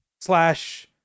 slash